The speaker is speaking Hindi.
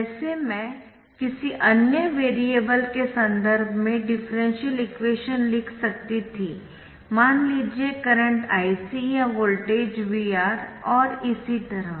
वैसे मैं किसी अन्य वेरिएबल के संदर्भ में डिफरेंशियल इक्वेशन लिख सकती थी मान लीजिए करंट Ic या वोल्टेज VR और इसी तरह